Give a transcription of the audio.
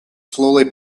slowly